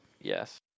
Yes